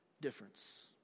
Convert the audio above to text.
difference